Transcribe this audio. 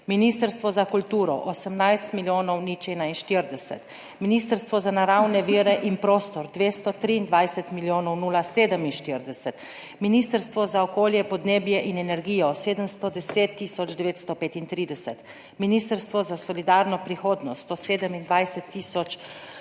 Ministrstvo za kulturo 18 milijonov 0,41, Ministrstvo za naravne vire in prostor 223 milijonov 0,47, Ministrstvo za okolje, podnebje in energijo 710 tisoč 935, Ministrstvo za solidarno prihodnost 127